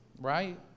right